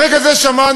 ברגע זה שמענו